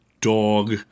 dog